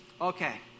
Okay